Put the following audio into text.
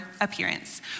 appearance